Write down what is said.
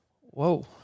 Whoa